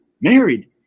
married